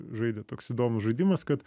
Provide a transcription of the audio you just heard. žaidę toks įdomus žaidimas kad